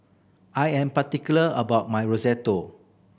I am particular about my Risotto